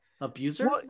abuser